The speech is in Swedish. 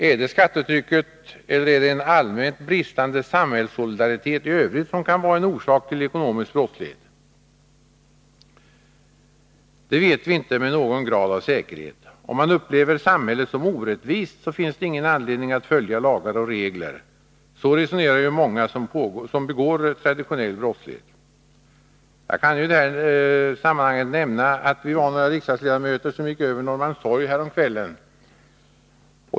Är det skattetrycket eller en allmänt bristande samhällssolidaritet i övrigt, som kan vara en orsak till ekonomisk brottslighet? Det vet vi inte med någon grad av säkerhet. Om man upplever samhället som orättvist, finns det ingen anledning att följa lagar och regler — så resonerar många som begår traditionell brottslighet. Jag kan i sammanhanget nämna att vi var några riksdagsledamöter, som gick över Norrmalmstorg häromkvällen.